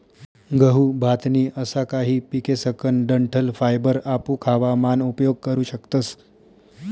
गहू, भात नी असा काही पिकेसकन डंठल फायबर आपू खावा मान उपयोग करू शकतस